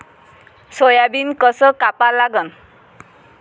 Soybean कस कापा लागन?